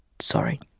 Sorry